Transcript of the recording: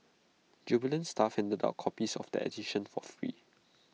jubilant staff handed out copies of that edition for free